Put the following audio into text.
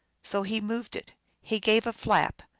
so he moved it he gave a flap,